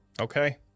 Okay